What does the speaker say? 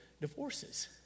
divorces